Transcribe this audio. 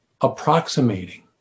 approximating